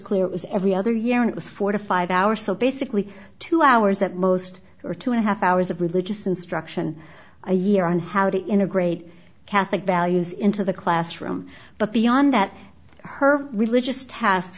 clear it was every other year and it was four to five hours so basically two hours at most are two and a half hours of religious instruction a year on how to integrate catholic values into the classroom but beyond that her religious task